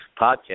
podcast